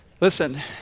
Listen